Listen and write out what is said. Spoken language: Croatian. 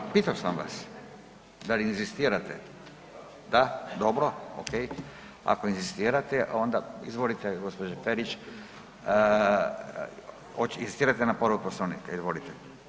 Pa pitao sam vas, da li inzistirate, da, dobro, ok, ako inzistirate onda izvolite gospođo Perić, inzistirate na povredu Poslovnika, izvolite.